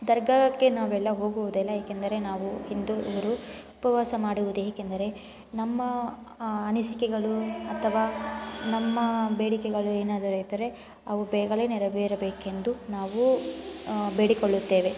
ದರ್ಗಾಕ್ಕೆ ನಾವೆಲ್ಲ ಹೋಗುವುದಿಲ್ಲ ಏಕೆಂದರೆ ನಾವು ಹಿಂದೂ ಇವರು ಉಪವಾಸ ಮಾಡುವುದು ಏಕೆಂದರೆ ನಮ್ಮ ಅನಿಸಿಕೆಗಳು ಅಥವಾ ನಮ್ಮ ಬೇಡಿಕೆಗಳು ಏನಾದರೂ ಇದ್ದರೆ ಅವು ಬೇಗನೆ ನೆರವೇರಬೇಕೆಂದು ನಾವು ಬೇಡಿಕೊಳ್ಳುತ್ತೇವೆ